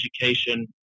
education